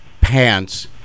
pants